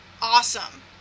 awesome